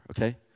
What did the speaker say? okay